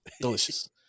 Delicious